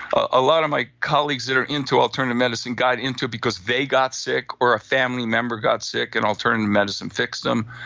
a lot of my colleagues that are into alternative medicine got into it because they got sick or a family member got sick and alternative medicine fixed them.